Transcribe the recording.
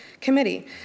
Committee